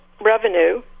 revenue